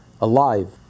alive